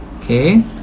okay